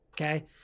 Okay